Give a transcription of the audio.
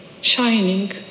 shining